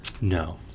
No